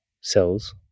cells